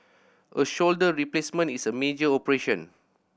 a shoulder replacement is a major operation